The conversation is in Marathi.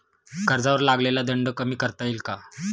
कर्जावर लागलेला दंड कमी करता येईल का?